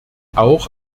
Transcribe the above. auch